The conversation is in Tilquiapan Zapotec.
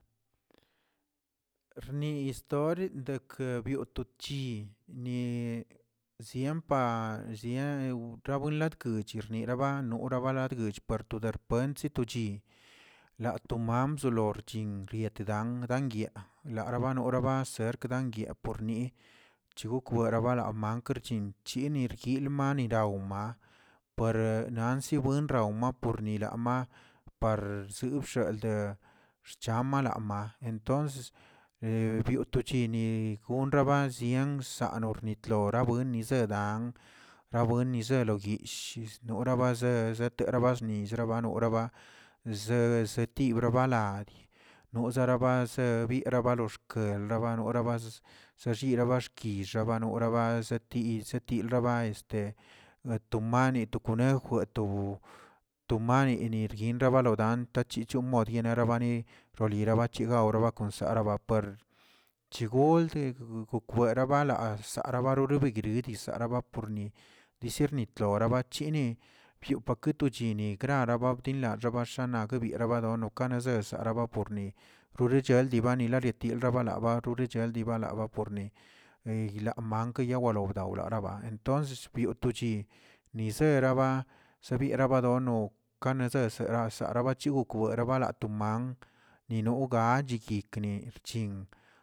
Rni store deke bio to chi, ni siempa sie rebuladkuch xniraba nulabaladgx part to derepentzi chi, la toman bzolo chin rietdam gyaa rabanor rabacerke daa gnia por ni chogo kwera baraa bankr chin yinirguin mani awma per nazi buenraw na pornirama, par sii bxezeldee xchamalama entonces biotochinigon rabaziꞌ sano nirtlorabuen nizeedan, rabuen nizeloo yishꞌznora sete serabashnizə noraba ze zetibre bala nozeraze bieꞌ baloxken ba noolə baz zechira baxkilə rabanora bazə til zetil raba tomani, to konejw, to mani, rergaba nodan tachichomodi nerabani nira bachegaoroꞌ kon sara ba puer, chigoldek gokə guelabara sala nolebigridi sala chini yopake to chini grarara xadinini ana guebieraba ono kasesə seraba por ni pori cheldebani yetier yeldabadaba yichel yebaldaba namak yewardaw araba entonces bioꞌ to chin, ni seraba she viera badon kaneses será-sarabachi yugu kwerabara man ni no ga chiyikə lchin.